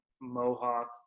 mohawk